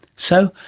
so,